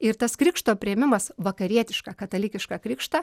ir tas krikšto priėmimas vakarietišką katalikišką krikštą